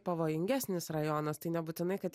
pavojingesnis rajonas tai nebūtinai kad